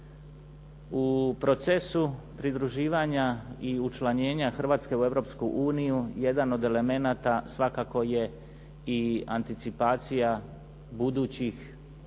U procesu pridruživanja i učlanjenja Hrvatske u Europsku uniju jedan od elemenata svakako je i anticipacija buduće